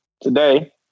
today